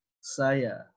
Saya